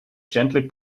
gently